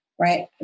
right